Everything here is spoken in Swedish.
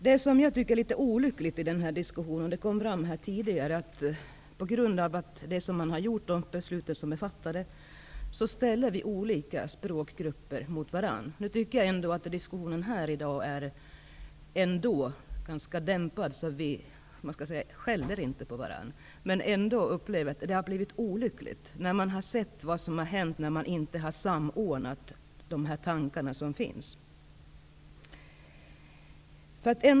Det jag tycker är litet olyckligt i den här diskussionen -- det kom fram tidigare -- är att vi på grund av de beslut som har fattats ställer olika språkgrupper mot varandra. Jag tycker ändå att diskussionen här i dag är ganska dämpad. Vi skäller inte på varandra. Ändå upplever jag att det har blivit olyckligt. Vi har ju sett vad som har hänt när man inte har samordnat de tankar som finns.